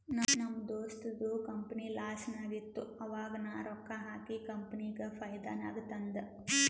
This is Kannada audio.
ನಮ್ ದೋಸ್ತದು ಕಂಪನಿ ಲಾಸ್ನಾಗ್ ಇತ್ತು ಆವಾಗ ನಾ ರೊಕ್ಕಾ ಹಾಕಿ ಕಂಪನಿಗ ಫೈದಾ ನಾಗ್ ತಂದ್